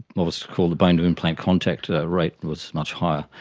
what was called the bone to implant contact ah rate was much higher.